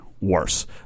worse